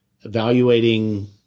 evaluating